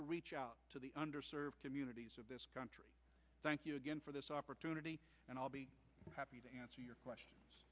to reach out to the under served communities of this country thank you again for this opportunity and i'll be happy to answer your questions